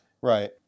Right